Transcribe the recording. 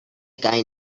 guy